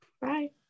Bye